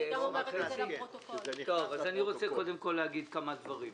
אני רוצה להגיד כמה דברים.